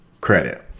credit